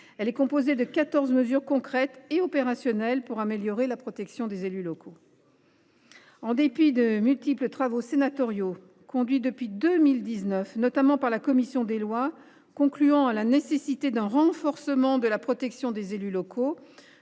Elle contient de quatorze mesures concrètes et opérationnelles pour améliorer la protection des élus locaux. En dépit de multiples travaux sénatoriaux conduits depuis 2019, notamment par la commission des lois, concluant à la nécessité d’un renforcement de la protection des élus locaux,